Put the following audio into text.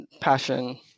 passion